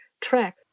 track